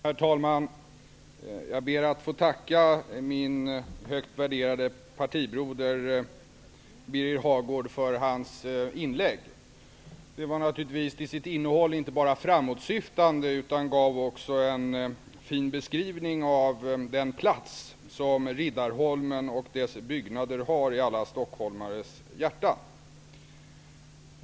Herr talman! Jag ber att få tacka min högt värderade partibroder Birger Hagård för hans inlägg. Det var till sitt innehåll naturligvis inte bara framåtsyftande utan det gav också en fin beskrivning av den plats som Riddarholmen och dess byggnader har i alla stockholmares hjärta.